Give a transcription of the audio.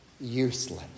useless